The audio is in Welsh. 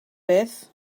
beth